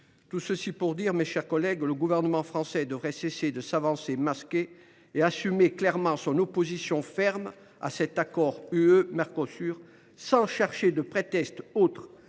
et de l’Espagne. Mes chers collègues, le gouvernement français devrait cesser d’avancer masqué et assumer clairement son opposition ferme à cet accord UE Mercosur sans chercher de prétextes autres